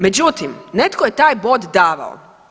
Međutim, netko je taj bod davao.